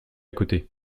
côté